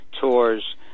tours